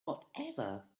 whatever